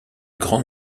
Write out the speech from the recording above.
grande